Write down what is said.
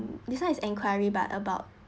this one is an inquiry by about